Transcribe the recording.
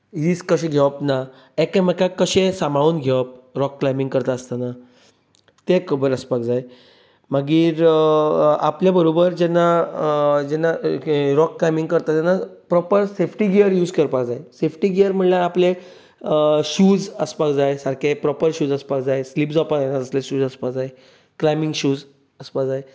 risk कशें घेवप ना एकामेकाक कशें सांबाळून घेवप रॉक क्लायबींग करतनासतना तें खबर आसपाक जाय मागीर आपले बरोबर जेन्ना जेन्ना रॉक क्लायबींग करता तेन्ना प्रोपर सेफ्टी गियर यूज करपाक जाय सेफ्टी गियर म्हळ्यार आपले शूज आसपाक जाय सारके प्रोपर शूज आसपाक जाय स्लीप जावपा जायना असले शूज आसपाक जाय क्लायबींग शूज आसपाक जाय